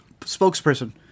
Spokesperson